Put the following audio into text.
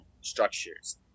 structures